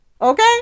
okay